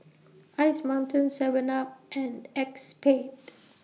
Ice Mountain Seven up and ACEXSPADE